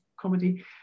comedy